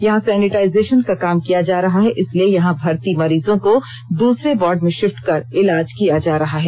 यहां सैनिटाइजेशन का काम किया जा रहा है इसलिए यहां भर्ती मरीजों को दूसरे वार्ड में शिफ्ट कर इलाज किया जा रहा है